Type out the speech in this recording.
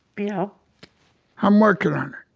you know i'm working on it.